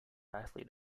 athlete